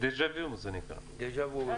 זה נקרא דז'ה וו.